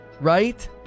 Right